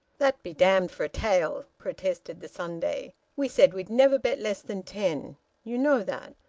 that be damned for a tale! protested the sunday. we said we'd never bet less than ten you know that.